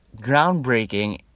groundbreaking